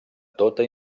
tota